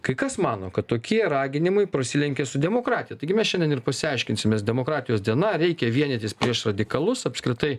kai kas mano kad tokie raginimai prasilenkia su demokratija taigi mes šiandien ir pasiaiškinsime demokratijos diena reikia vienytis prieš radikalus apskritai